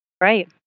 Right